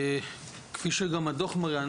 כפי שגם הדוח מראה,